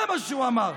זה מה שהוא אמר.